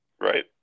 Right